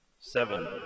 Seven